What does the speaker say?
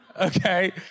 okay